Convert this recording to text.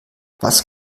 was